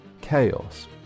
chaos